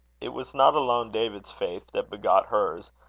it was not alone david's faith that begot hers,